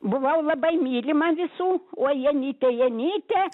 buvau labai mylima visų oi janytė janytė